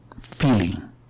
feeling